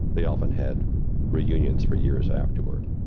they often had reunions for years afterward.